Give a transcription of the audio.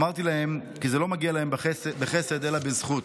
אמרתי להם כי זה לא מגיע להם בחסד אלא בזכות.